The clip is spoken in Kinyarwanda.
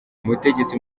umutegetsi